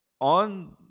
on